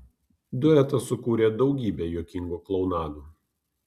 duetas sukūrė daugybę juokingų klounadų